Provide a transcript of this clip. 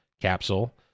capsule